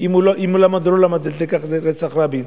אם הוא למד או לא למד את לקח רצח רבין.